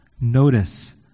Notice